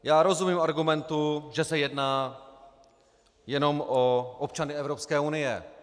Já rozumím argumentu, že se jedná jenom o občany Evropské unie.